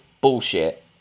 bullshit